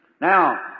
Now